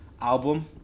album